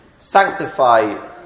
Sanctify